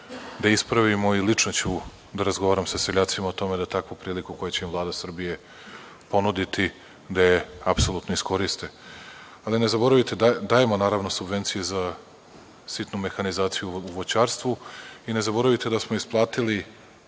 da ispravimo. Lično ću da razgovaram sa seljacima o tome da takvu priliku koju će ima Vlada Srbije ponuditi apsolutno iskoriste. Dajemo, naravno, subvencije za sitnu mehanizaciju u voćarstvu i ne zaboravite da smo isplatili